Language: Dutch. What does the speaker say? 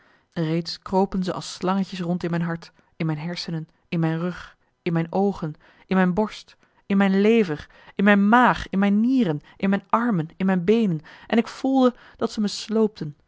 reeds kropen ze als slangetjes rond in mijn hart in mijn hersenen in mijn rug in mijn oogen in mijn borst in mijn lever in mijn maag in mijn nieren in mijn armen in mijn beenen en ik voelde dat ze me sloopten